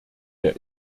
der